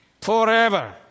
forever